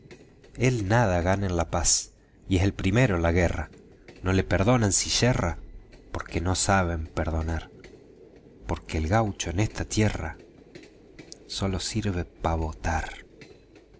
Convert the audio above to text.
él nada gana en la paz y es el primero en la guerra no le perdonan si yerra que no saben perdonar porque el gaucho en esta tierra sólo sirve pa votar